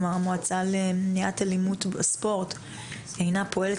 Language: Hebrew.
כלומר המועצה למניעת אלימות בספורט אינה פועלת